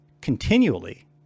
continually